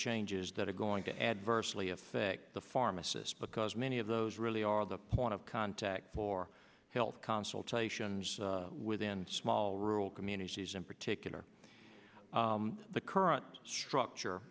changes that are going to adversely affect the pharmacist because many of those really are the point of contact for health consultations within small rural communities in particular the current structure